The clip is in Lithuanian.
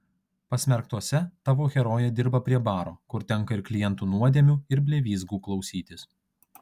pasmerktuose tavo herojė dirba prie baro kur tenka ir klientų nuodėmių ir blevyzgų klausytis